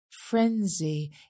frenzy